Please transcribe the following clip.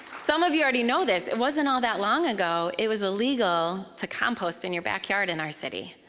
some of you already know this. it wasn't all that long ago it was illegal to compost in your backyard in our city.